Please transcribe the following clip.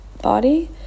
body